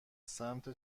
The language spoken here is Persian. سمت